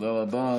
תודה רבה.